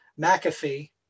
McAfee